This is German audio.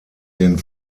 den